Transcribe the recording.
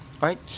right